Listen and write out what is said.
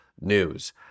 news